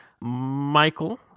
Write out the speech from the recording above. Michael